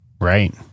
Right